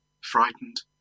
frightened